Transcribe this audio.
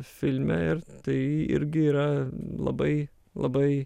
filme ir tai irgi yra labai labai